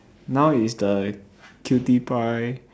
now is the qtpie